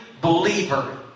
believer